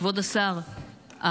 כבוד השר,